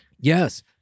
Yes